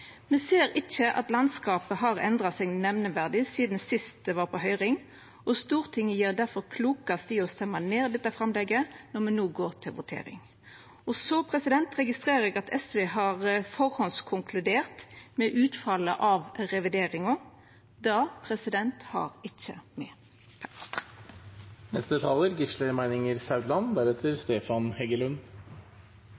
Me ser ikkje at landskapet har endra seg nemneverdig sidan sist dette var på høyring, og Stortinget gjer difor klokast i å røysta ned dette framlegget når me no går til votering. Vidare registrerer eg at SV har konkludert på førehand på utfallet av revideringa. Det har ikkje me.